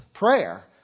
prayer